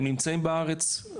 הם נמצאים בארץ,